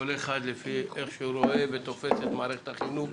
כל אחד לפי איך שהוא רואה ותופס את מערכת החינוך